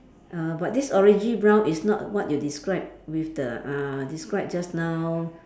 err but this orangey brown is not what you describe with the uh describe just now